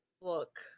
look